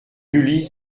yulizh